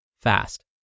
fast